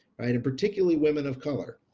right, and particularly women of color.